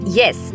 yes